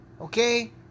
okay